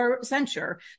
censure